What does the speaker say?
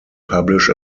publish